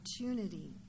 opportunity